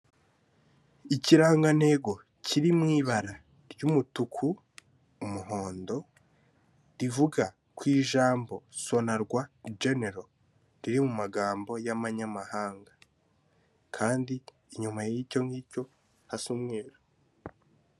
Ikirangantego kiri mu ibara ry'umutuku, umuhondo, rivuga ku ijambo sonarwa genero riri mu magambo y'amanyamahanga kandi inyuma y'icyo ngicyo hasa umweru.